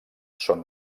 són